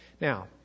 Now